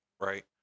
right